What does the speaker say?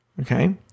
Okay